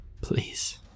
Please